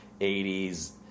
80s